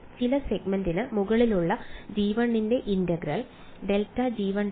ചില സെഗ്മെന്റിന് മുകളിലുള്ള g1 ന്റെ ഇന്റഗ്രൽ ∇g1